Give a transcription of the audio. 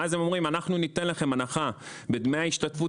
ואז הם אומרים: אנחנו ניתן לכם הנחה בדמי ההשתתפות